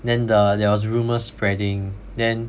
then the there's rumours spreading then